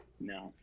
no